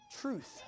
truth